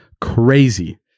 crazy